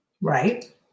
Right